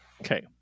Okay